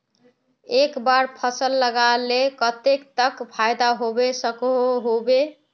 एक बार फसल लगाले कतेक तक फायदा होबे सकोहो होबे?